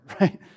right